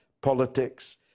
politics